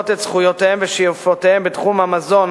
את זכויותיהם ושאיפותיהם בתחום המזון,